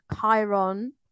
chiron